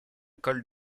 colle